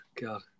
god